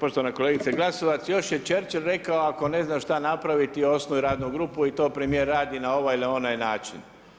Poštovana kolegice Glasovac, još je Churchill rekao, ako ne znaš šta napraviti, osnuj radnu grupu i to premijer radi na ovaj ili onaj način.